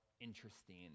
interesting